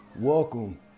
welcome